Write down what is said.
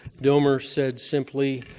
domer said simply,